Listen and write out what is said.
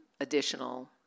additional